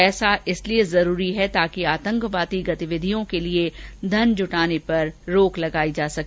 ऐसा इसलिए जरूरी है ताकि आतंकवादी गतिविधियों के लिए धनजुटाने पर रोक लगाई जा सके